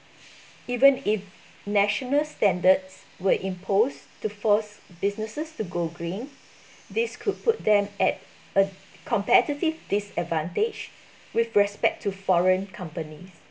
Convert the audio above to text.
even if national standards were imposed to force businesses to go green this could put them at a competitive disadvantage with respect to foreign companies